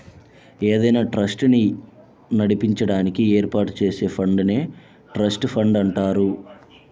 ఏదైనా ట్రస్ట్ ని నడిపించడానికి ఏర్పాటు చేసే ఫండ్ నే ట్రస్ట్ ఫండ్ అంటారు